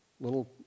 little